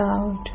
out